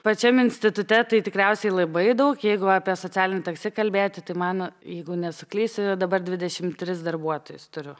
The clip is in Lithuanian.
pačiam institute tai tikriausiai labai daug jeigu apie socialinį taksi kalbėti tai mano jeigu nesuklysiu dabar dvidešim tris darbuotojus turiu